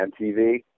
MTV